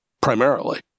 primarily